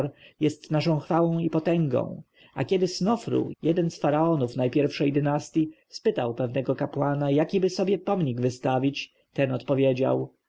jest naszą chwałą i potęgą a kiedy snofru jeden z faraonów najpierwszej dynastji spytał pewnego kapłana jakiby sobie pomnik wystawić ten odpowiedział